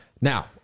Now